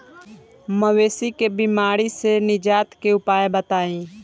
मवेशी के बिमारी से निजात के उपाय बताई?